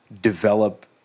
develop